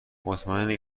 مطمئنی